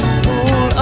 fool